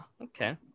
okay